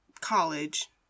college